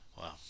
Wow